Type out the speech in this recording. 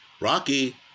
Rocky